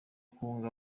kwunga